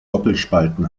doppelspalten